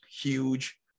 huge